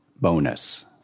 bonus